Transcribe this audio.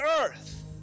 earth